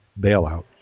bailout